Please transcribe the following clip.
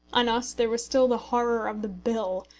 on us there was still the horror of the bill,